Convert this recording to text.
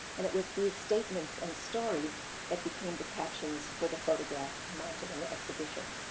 and it was these statements and stories that became the captions for the photographs mounted in the exhibition.